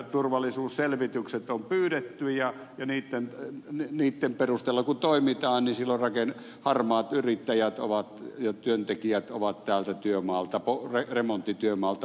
turvallisuusselvitykset on pyydetty ja niitten perusteella kun toimitaan niin silloin harmaat yrittäjät ja työntekijät ovat tältä remonttityömaalta pois